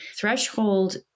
Threshold